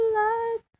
light